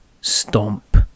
Stomp